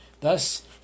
Thus